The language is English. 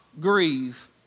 grieve